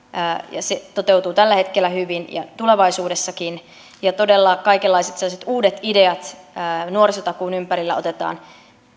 ja se toteutuu tällä hetkellä hyvin ja tulevaisuudessakin ja todella kaikenlaiset sellaiset uudet ideat nuorisotakuun ympärillä otetaan